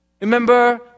Remember